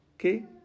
Okay